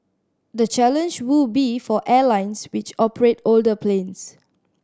the challenge will be for airlines which operate older planes